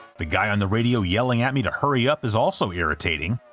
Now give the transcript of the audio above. the guy on the radio yelling at me to hurry up is also irritating,